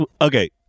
okay